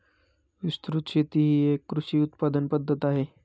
विस्तृत शेती ही एक कृषी उत्पादन पद्धत आहे